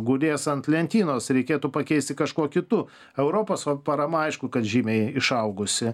gulės ant lentynos reikėtų pakeisti kažkuo kitu europos parama aišku kad žymiai išaugusi